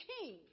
king